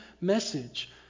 message